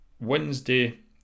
Wednesday